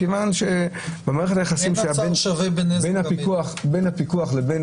מכיוון שבמערכת היחסים בין הפיקוח לבין